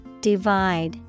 Divide